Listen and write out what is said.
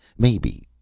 maybe,